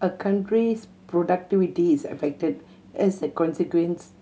a country's productivity is affected as a consequence